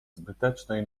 zbytecznej